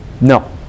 No